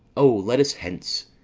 o, let us hence!